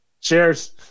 Cheers